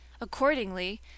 Accordingly